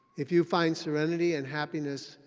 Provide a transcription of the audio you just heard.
if you find serenity and happiness,